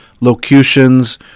locutions